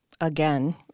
again